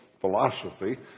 philosophy